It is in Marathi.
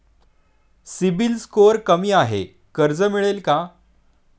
सिबिल स्कोअर कमी आहे कर्ज मिळेल का?